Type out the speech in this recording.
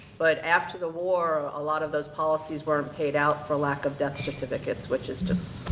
but after the war, a lot of those policies weren't paid out for lack of death certificates which is just,